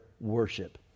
worship